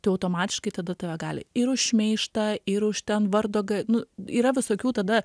tai automatiškai tada tave gali ir už šmeižtą ir už ten vardo ga nu yra visokių tada